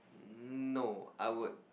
no I would